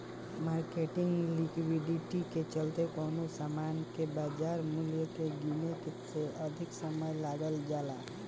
marketing liquidity के चलते कवनो सामान के बाजार मूल्य के गीने में अधिक समय लगावल जाला